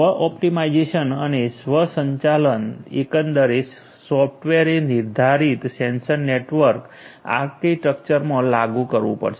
સ્વ ઓપ્ટિમાઇઝેશન અને સ્વ સંચાલન એકંદરે સોફ્ટવેરે નિર્ધારિત સેન્સર નેટવર્ક આર્કિટેક્ચરમાં લાગુ કરવું પડશે